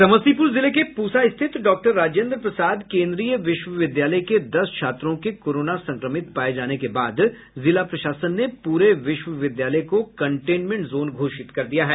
समस्तीपुर जिले के पूसा स्थित डॉक्टर राजेन्द्र प्रसाद केन्द्रीय विश्वविद्यालय के दस छात्रों के कोरोना संक्रमित पाये जाने के बाद जिला प्रशासन ने पूरे विश्वविद्यालय को कंटेनमेंट जोन घोषित कर दिया है